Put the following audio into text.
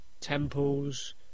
temples